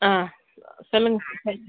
ஆ சொல்லுங்கள்